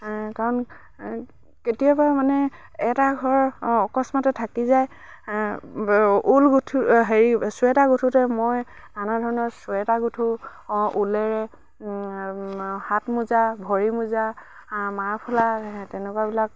কাৰণ কেতিয়াবা মানে এটা ঘৰ অকস্মাতে থাকি যায় ঊল গোঁঠো হেৰি চুৱেটাৰ গোঁঠোতে মই নানা ধৰণৰ চুৱেটাৰ গোঁঠো ঊলেৰে হাত মোজা ভৰি মোজা মাফলাৰ তেনেকুৱাবিলাক